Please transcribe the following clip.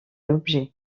objet